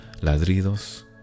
ladridos